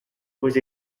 was